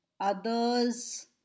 others